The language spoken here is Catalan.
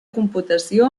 computació